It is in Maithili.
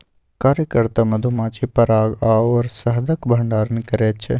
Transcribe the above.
कार्यकर्ता मधुमाछी पराग आओर शहदक भंडारण करैत छै